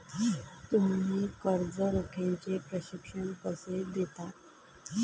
तुम्ही कर्ज रोख्याचे प्रशिक्षण कसे देता?